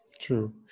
True